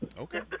Okay